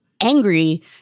angry